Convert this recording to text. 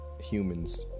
humans